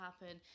happen